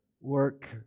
Work